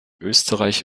österreich